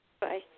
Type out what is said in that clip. Bye